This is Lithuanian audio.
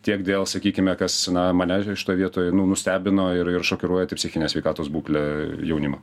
tiek dėl sakykime kas na mane šitoj vietoj nu nustebino ir ir šokiruoja tai psichinė sveikatos būklė jaunimo